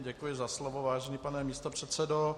Děkuji za slovo, vážený pane místopředsedo.